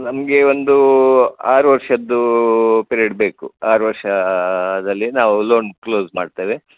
ನಮಗೆ ಒಂದು ಆರು ವರ್ಷದ್ದು ಪಿರೇಡ್ ಬೇಕು ಆರು ವರ್ಷದಲ್ಲಿ ನಾವು ಲೋನ್ ಕ್ಲೋಸ್ ಮಾಡ್ತೇವೆ